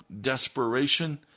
desperation